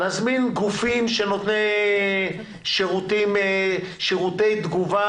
נזמין גופים שנותנים שירותי תגובה